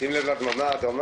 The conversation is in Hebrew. הישיבה נעולה.